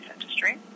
industry